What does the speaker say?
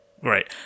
great